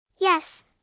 Yes